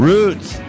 Roots